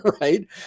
right